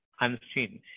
unseen